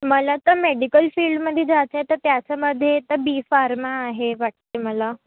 मला तर मेडिकल फिल्डमध्ये जाता येतं त्याचामध्ये तर बी फार्मा आहे वाटते मला